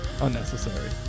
Unnecessary